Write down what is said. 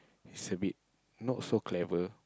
is a bit not so clever